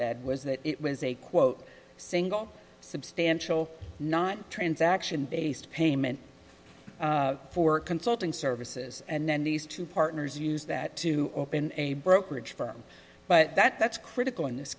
said was that it was a quote single substantial not transaction based payment for consulting services and then these two partners use that to open a brokerage firm but that's critical in this